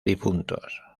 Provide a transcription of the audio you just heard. difuntos